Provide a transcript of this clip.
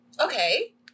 Okay